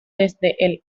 desde